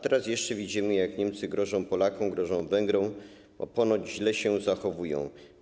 Teraz jeszcze widzimy, jak Niemcy grożą Polakom, grożą Węgrom, bo ponoć źle się zachowują.